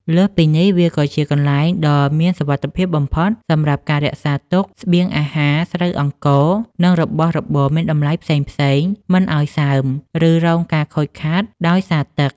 លើសពីនេះ វាក៏ជាកន្លែងដ៏មានសុវត្ថិភាពបំផុតសម្រាប់ការរក្សាទុកស្បៀងអាហារ ស្រូវអង្ករ និងរបស់របរមានតម្លៃផ្សេងៗមិនឱ្យសើម ឬរងការខូចខាតដោយសារទឹក។